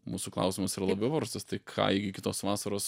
mūsų klausimas yra labai paprastas tai ką iki kitos vasaros